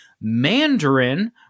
Mandarin